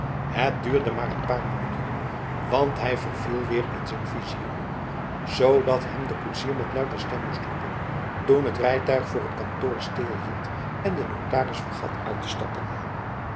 het duurde maar n paar minuten want hij verviel weer in zijn visioenen zodat hem de koetsier met luider stem moest roepen toen het rijtuig voor t kantoor stilhield en de notaris vergat uit te stappen